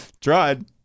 Tried